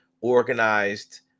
organized